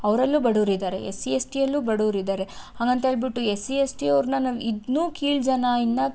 ಅವರಲ್ಲೂ ಬಡವ್ರು ಇದ್ದಾರೆ S C S ಟಿಯಲ್ಲೂ ಬಡವ್ರು ಇದ್ದಾರೆ ಹಂಗಂತ ಹೇಳ್ಬಿಟ್ಟು ಎಸ್ ಸಿ ಎಸ್ ಟಿ ಅವ್ರನ್ನ ನಾವು ಇನ್ನೂ ಕೀಳು ಜನ ಇನ್ನೂ